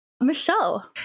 michelle